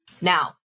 now